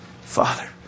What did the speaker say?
Father